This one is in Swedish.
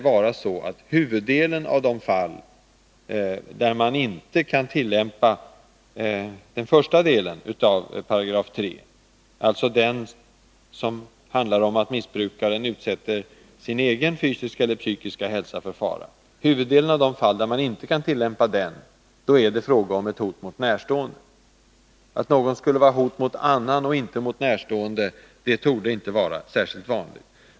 I huvuddelen av de fall där man inte kan tillämpa den första delen av 3 §, alltså den som handlar om att missbrukaren utsätter sin egen fysiska eller psykiska hälsa för fara, är det fråga om ett hot mot närstående. Att någon skulle utgöra ett hot mot annan och inte mot närstående torde inte vara särskilt vanligt.